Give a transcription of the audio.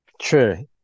True